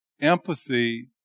Empathy